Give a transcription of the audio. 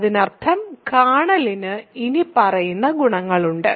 അതിനാൽ കേർണലിന് ഇനിപ്പറയുന്ന ഗുണങ്ങളുണ്ട്